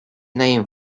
name